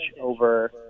over